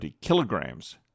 kilograms